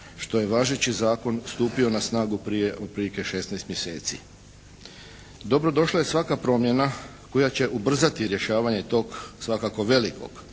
što je važeći zakon stupio na snagu prije otprilike šesnaest mjeseci. Dobro došla je svaka promjena koja će ubrzati rješavanje tog svakako velikog,